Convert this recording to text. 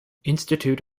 institute